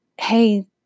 hey